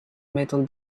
metal